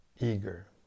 eager